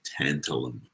tantalum